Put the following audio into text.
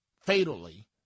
fatally